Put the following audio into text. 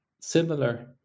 similar